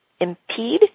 impede